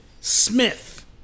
Smith